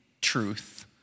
truth